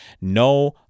No